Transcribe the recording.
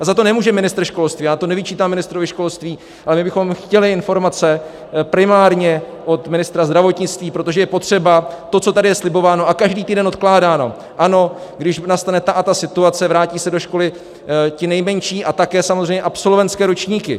A za to nemůže ministr školství, já to nevyčítám ministrovi školství, ale my bychom chtěli informace primárně od ministra zdravotnictví, protože je potřeba to, co tady je slibováno a každý týden odkládáno, ano, když nastane ta a ta situace, vrátí se do školy ti nejmenší a také samozřejmě absolventské ročníky.